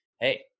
hey